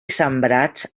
sembrats